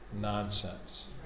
nonsense